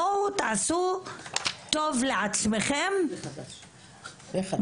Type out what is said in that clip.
בואו תעשו טוב לעצמכם